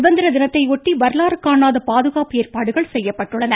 சுதந்திர தினத்தையொட்டி வரலாறு காணாத பாதுகாப்பு ஏற்பாடுகள் செய்யப்பட்டுள்ளன